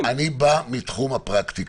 אני לא מקבל את זה.